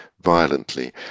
violently